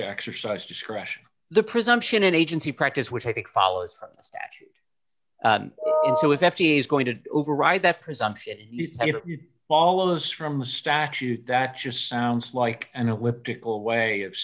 to exercise discretion the presumption in agency practice which i think follows so if f d a is going to override that presumption follows from the statute that just sounds like an elliptical way of